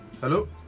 Hello